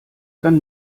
dann